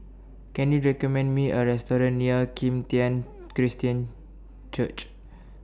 Can YOU recommend Me A Restaurant near Kim Tian Christian Church